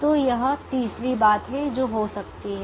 तो यह तीसरी बात है जो हो सकती है